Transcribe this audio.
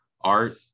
art